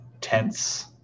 tense